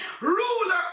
ruler